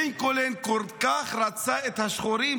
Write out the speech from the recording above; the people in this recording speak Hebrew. לינקולן כל כך רצה את השחורים,